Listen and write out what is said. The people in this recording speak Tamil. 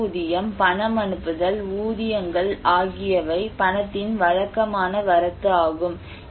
ஓய்வூதியம் பணம் அனுப்புதல் ஊதியங்கள் ஆகியவை பணத்தின் வழக்கமான வரத்து ஆகும்